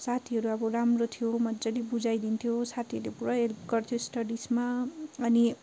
साथीहरू अब राम्रो थियो मजाले बुझाइदिन्थ्यो साथीहरूले पुरा हेल्प गर्थ्यो स्टडिजमा अनि